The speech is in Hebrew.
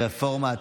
רפורמת,